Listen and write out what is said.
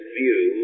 view